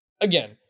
again